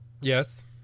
Yes